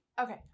Okay